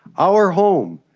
our home,